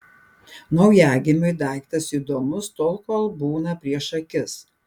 naujagimiui daiktas įdomus tol kol būna prieš akis